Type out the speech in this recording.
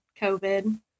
COVID